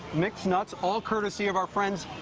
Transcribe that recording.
mixed nuts. all courtesy of our friends